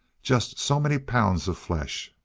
just so many pounds of flesh.